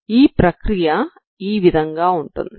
ఈ ప్రక్రియ ఈ విధంగా ఉంటుంది